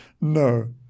No